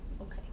Okay